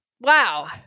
wow